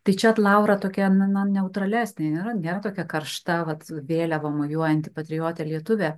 tai čia laura tokia na neutralesnė nėra nėra tokia karšta vat vėliava mojuojanti patriotė lietuvė